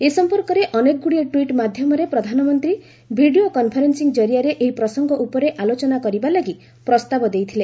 ଏ ସଂପର୍କରେ ଅନେକଗୁଡ଼ିଏ ଟ୍ୱିଟ ମାଧ୍ୟମରେ ପ୍ରଧାନମନ୍ତ୍ରୀ ଭିଡ଼ିଓ କନ୍ଫରେନ୍ସିଂ ଜରିଆରେ ଏହି ପ୍ରସଙ୍ଗ ଉପରେ ଆଲୋଚନା କରିବା ଲାଗି ପ୍ରସ୍ତାବ ଦେଇଥିଲେ